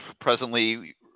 presently